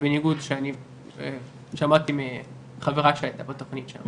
בניגוד שאני שמעתי מחברה שהייתה בתוכנית שם,